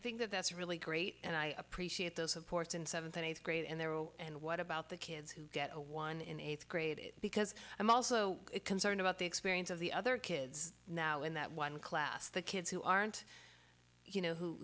think that's really great and i appreciate those supports in seventh and eighth grade and there were and what about the kids who get a one in eighth grade because i'm also concerned about the experience of the other kids now in that one class the kids who aren't you know